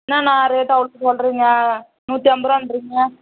என்னாண்ணா rate அவ்வளோ சொல்லுறீங்க நூற்றி ஐம்பதுருவான்றீங்க